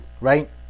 right